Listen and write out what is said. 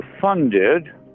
funded